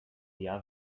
via